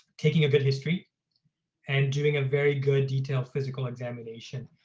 taking a good history and doing a very good detailed physical examination